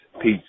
Peace